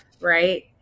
right